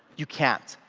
you can't.